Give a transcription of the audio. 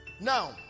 Now